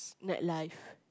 nightlife